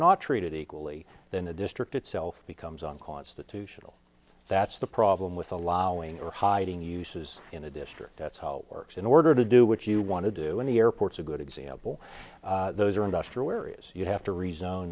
not treated equally then the district itself becomes unconstitutional that's the problem with allowing or hiding uses in a district that's how it works in order to do what you want to do in the airports a good example those are industrial areas you have to re